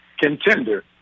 contender